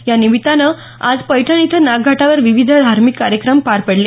यानिमित्तानं आज पैठण इथं नागघाटावर विविध धार्मिक कार्यक्रम पार पडले